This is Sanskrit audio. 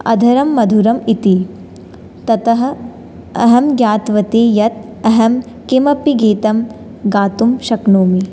अधरं मधुरम् इति ततः अहं ज्ञातवती यत् अहं किमपि गीतं गातुं शक्नोमि